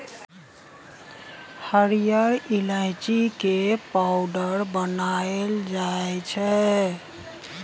हरिहर ईलाइची के पाउडर बनाएल जाइ छै